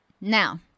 Now